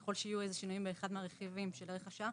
ככל שיהיו איזה שהם שינויים באחד מהרכיבים של ערך השעה,